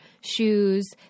shoes